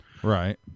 Right